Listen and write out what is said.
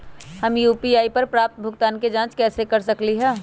हम यू.पी.आई पर प्राप्त भुगतान के जाँच कैसे कर सकली ह?